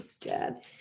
dad